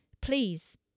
please